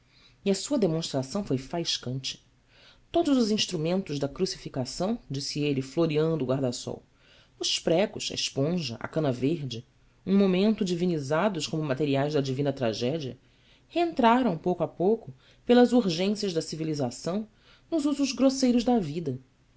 e a sua demonstração foi faiscante todos os instrumentos da crucificação disse ele floreando o guarda-sol os pregos a esponja a cana verde um momento divinizados como materiais da divina tragédia reentraram pouco a pouco pelas urgências da civilização nos usos grosseiros da vida